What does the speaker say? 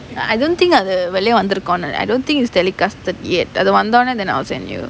I don't think அது வெளிய வந்துருக்குனு:athu veliya vanthurukkunu I don't think it's telecasted yet அது வந்தோனே:athu vanthonae then I'll send you